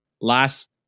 Last